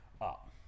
Up